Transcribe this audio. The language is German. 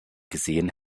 gesehen